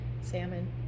Salmon